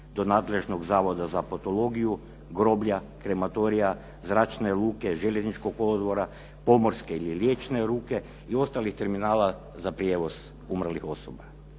do nadležnog zavoda za patologiju, groblja, krematorija, zračne luke, željezničkog kolodvora, pomorske ili riječne luke i ostalih terminala za prijevoz umrlih osoba.